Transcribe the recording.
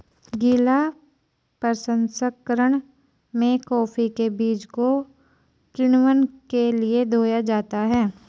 गीला प्रसंकरण में कॉफी के बीज को किण्वन के लिए धोया जाता है